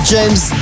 James